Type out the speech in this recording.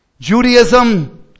Judaism